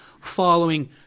following